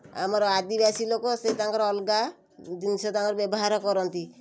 ଆମର ଆଦିବାସୀ ଲୋକ ସେ ତାଙ୍କର ଅଲଗା ଜିନିଷ ତାଙ୍କର ବ୍ୟବହାର କରନ୍ତି